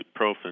ibuprofen